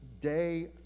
day